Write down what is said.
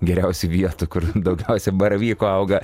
geriausių vietų kur daugiausia baravykų auga